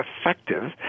effective